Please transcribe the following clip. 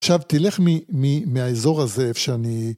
‫עכשיו, תלך מהאזור הזה, איפה שאני...